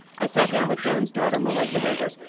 i sat down with joan's daughter, melissa rivers,